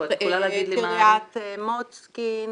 קרית מוצקין,